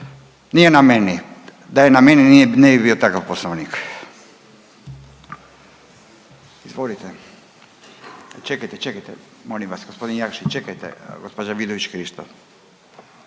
Nije na meni, da je na meni ne bi bio takav poslovnik. Izvolite. Čekajte, čekajte molim vas g. Jakić čekajte. Gospođa Vidović Krišto.